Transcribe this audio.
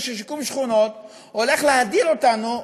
הזה של שיקום שכונות הולך להדיר אותנו,